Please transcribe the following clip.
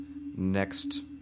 next